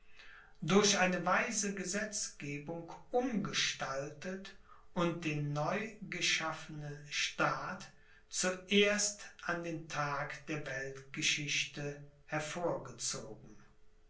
durch eine weise gesetzgebung umgestaltet und den neugeschaffene staat zuerst an den tag der weltgeschichte hervorgezogen